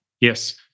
Yes